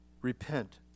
Repent